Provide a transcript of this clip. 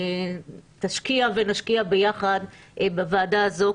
תשקיע ונשקיע ביחד בוועדה הזו,